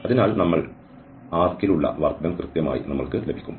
അതിനാൽ നമ്മൾക്ക് ആർക്കിലുള്ള വർക്ക് ഡൺ കൃത്യമായി ലഭിക്കും